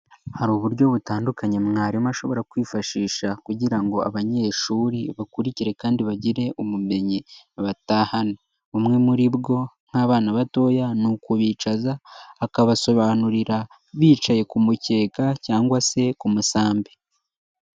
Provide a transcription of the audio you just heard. Hari uburyo butandukanye mwarimu ashobora kwifashisha kugira ngo abanyeshuri bakurikire kandi bagire ubumenyi batahana. Bumwe muri bwo nk'abana batoya ni ukubicaza akabasobanurira bicaye ku mukeka cyangwa se ku masambi.